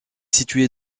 située